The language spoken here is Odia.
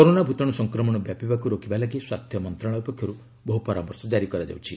କରୋନା ଭୂତାଣୁ ସଂକ୍ରମଣ ବ୍ୟାପିବାକୁ ରୋକିବା ଲାଗି ସ୍ୱାସ୍ଥ୍ୟ ମନ୍ତ୍ରଣାଳୟ ପକ୍ଷରୁ ବହୁ ପରାମର୍ଶ କାରି କରାଯାଉଛି